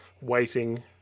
waiting